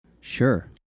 Sure